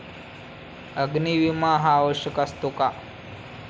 अग्नी विमा हा आवश्यक असतो का?